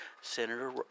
Senator